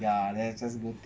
ya then